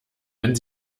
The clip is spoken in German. wenn